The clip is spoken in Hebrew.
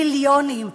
מיליונים,